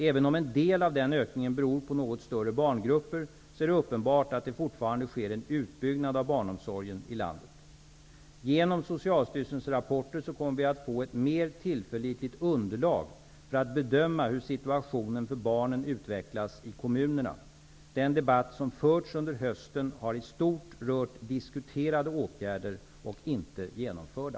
Även om en del av denna ökning beror på något större barngrupper, är det uppenbart att det fortfarande sker en utbyggnad av barnomsorgen i landet. Genom Socialstyrelsens rapporter kommer vi att få ett mer tillförlitligt underlag för att bedöma hur situationen för barnen utvecklas i kommunerna. Den debatt som förts under hösten har i stort rört diskuterade åtgärder och inte genomförda.